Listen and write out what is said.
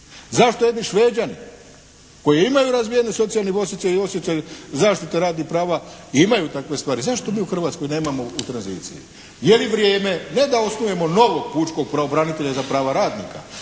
Zašto jedni Šveđani koji imaju razvijen socijalni osjećaj i osjećaj zaštite radnih prava imaju takve stvari. Zašto mi u Hrvatskoj nemamo u tranziciji? Je li vrijeme ne da osnujemo novog pučkog pravobranitelja za prava radnika,